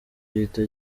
gihita